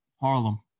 Harlem